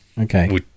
okay